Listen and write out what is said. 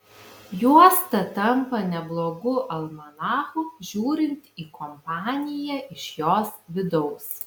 juosta tampa neblogu almanachu žiūrint į kompaniją iš jos vidaus